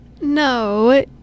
no